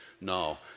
no